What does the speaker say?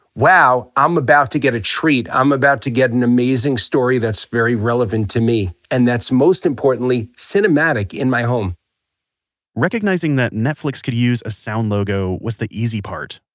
wow, i'm about to get a treat. i'm about to get an amazing story that's very relevant to me. and that's most importantly, cinematic in my home recognizing that netflix could use a sound logo was the easy part.